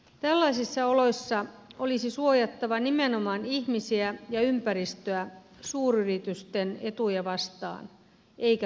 tällaisissa oloissa olisi suojattava nimenomaan ihmisiä ja ympäristöä suuryritysten etuja vastaan eikä päinvastoin